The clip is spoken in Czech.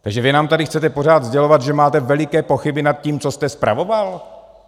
Takže vy nám tady chcete pořád sdělovat, že máte veliké pochyby nad tím, co jste spravoval?